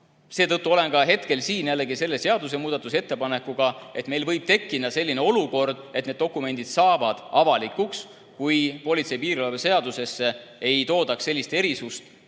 Seetõttu olen ka hetkel siin selle seadusemuudatuse ettepanekuga, kuna meil võib tekkida olukord, et need dokumendid saavad avalikuks, kui politsei ja piirivalve seadusesse ei tehta sellist erisust,